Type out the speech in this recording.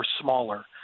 smaller